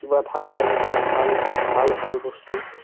কিবা থাকে এনেকুৱা ভাল ভাল ভাল বস্তু